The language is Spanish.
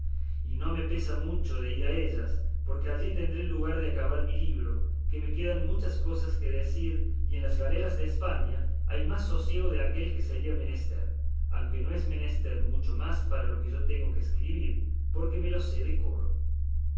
y no me pesa mucho de ir a ellas porque allí tendré lugar de acabar mi libro que me quedan muchas cosas que decir y en las galeras de españa hay mas sosiego de aquel que sería menester aunque no es menester mucho más para lo que yo tengo de escribir porque me lo sé